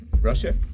Russia